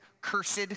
cursed